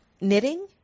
Knitting